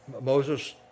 Moses